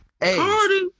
Cardi